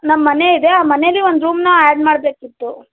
ನಮ್ಮ ಮನೆ ಇದೆ ಆ ಮನೇಲ್ಲಿ ಒಂದು ರೂಮನ್ನ ಆ್ಯಡ್ ಮಾಡಬೇಕಿತ್ತು